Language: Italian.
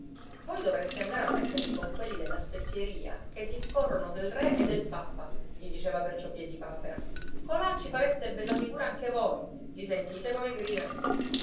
voi dovreste andare a mettervi con quelli della spezieria che discorrono del re e del papa gli diceva perciò piedipapera colà ci fareste bella figura anche voi li sentite come gridano